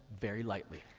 very lightly.